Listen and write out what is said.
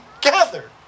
gather